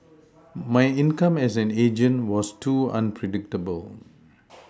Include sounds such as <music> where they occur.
my income as an agent was too unpredictable <noise>